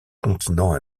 continent